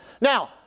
Now